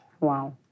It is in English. Wow